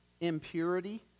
impurity